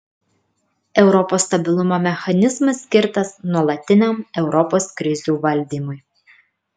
europos stabilumo mechanizmas skirtas nuolatiniam europos krizių valdymui